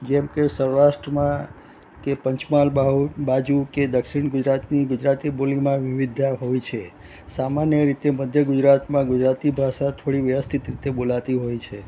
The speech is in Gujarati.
જેમ કે સૌરાષ્ટ્રમાં કે પંચમહાલ બાજુ કે દક્ષિણ ગુજરાતની ગુજરાતી બોલીમાં વિવિધતા હોય છે સામન્ય રીતે મધ્ય ગુજરાતમાં ગુજરાતી ભાષા થોડી વ્યવસ્થિત રીતે બોલાતી હોય છે